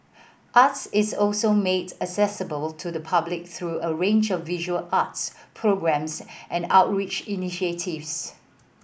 art is also made accessible to the public through a range of visual arts programmes and outreach initiatives